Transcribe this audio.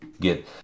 get